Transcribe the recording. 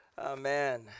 Amen